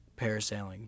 parasailing